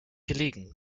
gelegen